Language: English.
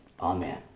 Amen